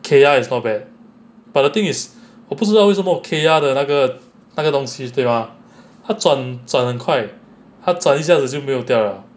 kaeya is not bad but the thing is 我不知道为什么 kaeya 的那个那个东西对 mah 他转转转很快他转一下子就没有掉了